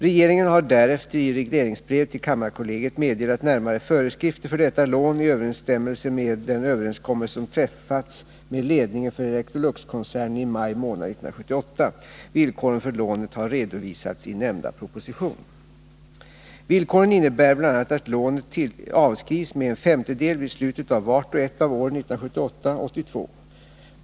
Regeringen har därefter i regleringsbrev till kammarkollegiet meddelat närmare föreskrifter för detta lån, i överensstämmelse med den överenskommelse som träffats med ledningen för Electroluxkoncernen i maj månad 1978. Villkoren för lånet har redovisats i nämnda proposition. Villkoren innebär bl.a. att lånet avskrivs med en femtedel vid slutet av vart och ett av åren 1978-1982.